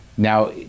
Now